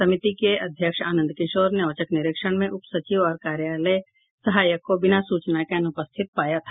समिति के अध्यक्ष आनंद किशोर ने औचक निरीक्षण में उप सचिव और कार्यालय सहायक को बिना सूचना के अनुपस्थित पाया था